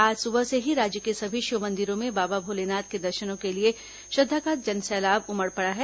आज सुबह से ही राज्य के सभी शिव मंदिरों में बाबा भोलेनाथ के दर्शनों के लिए श्रद्वा का जनसैलाब उमड़ पड़ा है